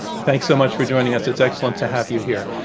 thanks so much for joining us. it's excellent to have you here.